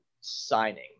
signing